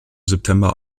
september